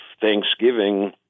Thanksgiving